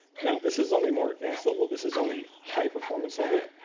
now, this is on the more advanced level. this is on the high performance level,